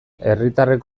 herritarrek